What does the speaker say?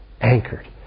Anchored